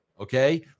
okay